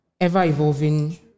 ever-evolving